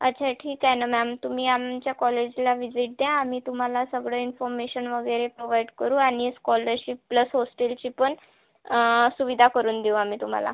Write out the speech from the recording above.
अच्छा ठीक आहे ना मॅम तुम्ही आमच्या कॉलेजला व्हिजीट द्या आम्ही तुम्हाला सगळे इन्फोर्मेशन वगैरे प्रोव्हाईड करू आणि स्कॉलरशिप प्लस होस्टेलची पण सुविधा करून देऊ आम्ही तुम्हाला